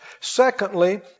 Secondly